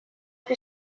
que